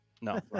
No